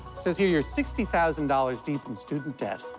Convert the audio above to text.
says here you're sixty thousand dollars deep in student debt.